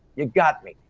you got me.